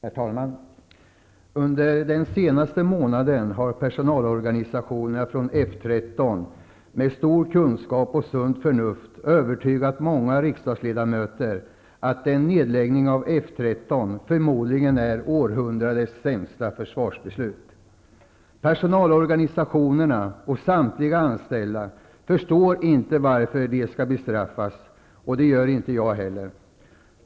Herr talman! Under den senaste månaden har personalorganisationer från F 13 med stor kunskap och sunt förnuft övertygat många riksdagsledamöter om att en nedläggning av F 13 förmodligen är århundradets sämsta försvarsbeslut. Personalorganisationerna och samtliga anställda förstår inte varför de skall bestraffas, och det gör inte jag heller.